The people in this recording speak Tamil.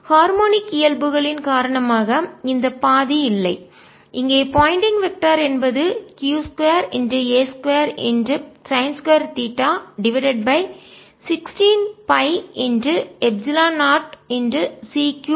ஹார்மோனிக் இயல்புகளின் காரணமாக இந்த பாதி இல்லை இங்கே போயிண்டிங் வெக்டர் திசையன் என்பது q 2 a2சைன்2 theta divided by 16 pi epsilon 0 c3 r2 க்கு சமம்